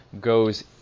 goes